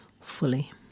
fully